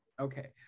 Okay